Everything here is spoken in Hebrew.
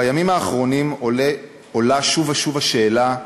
בימים האחרונים עולה שוב ושוב השאלה,